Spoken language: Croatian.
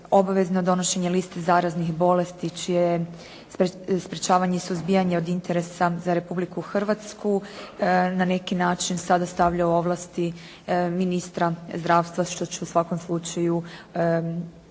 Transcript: obavezno donošenje liste zaraznih bolesti čije je sprečavanje i suzbijanje od interesa za Republiku Hrvatsku na neki način sada stavlja u ovlasti ministra zdravstva, što će u svakom slučaju